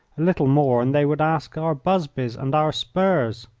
a little more, and they would ask our busbies and our spurs!